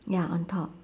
ya on top